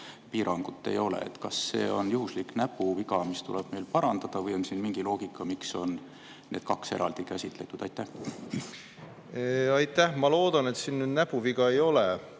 piirangut ei ole. Kas see on juhuslik näpuviga, mis tuleb meil parandada, või on siin mingi loogika, miks on need kaks eraldi käsitletud? Aitäh! Ma loodan, et siin näpuviga ei ole,